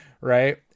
right